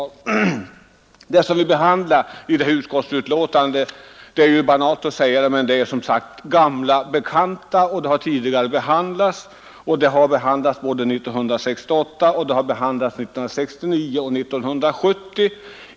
Det som vi behandlar i detta utskottsbetänkande är — det är banalt att säga detta — en gammal bekant. Ärendet har tidigare behandlats 1968, 1969 och 1970.